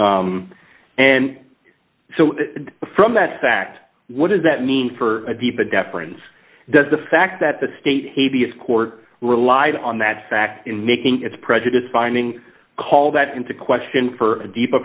client and so from that fact what does that mean for a deeper deference does the fact that the state court relied on that fact in making its prejudiced finding call that into question for deeper